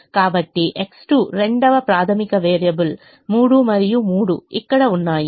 కాబట్టి X2 రెండవ ప్రాథమిక వేరియబుల్ 3 మరియు 3 ఇక్కడ ఉన్నాయి